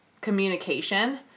communication